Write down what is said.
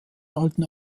alten